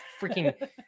freaking